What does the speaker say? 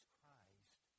Christ